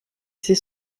c’est